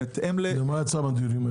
מה יצא מהם?